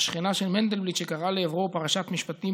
השכנה של מנדלבליט שקראה לעברו 'פרשת משפטים,